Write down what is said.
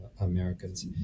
Americans